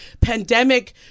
pandemic